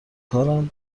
کارم